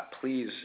please